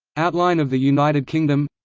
outline of the united kingdom